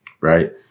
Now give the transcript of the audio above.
right